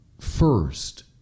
first